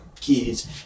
kids